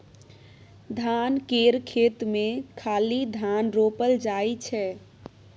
धान केर खेत मे खाली धान रोपल जाइ छै